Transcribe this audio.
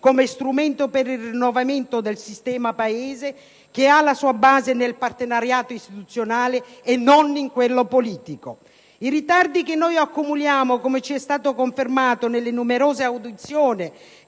come strumento per il rinnovamento del sistema Paese, che ha la sua base nel partenariato istituzionale e non in quello politico. I ritardi che accumuliamo, come ci è stato confermato nelle numerose audizioni